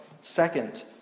Second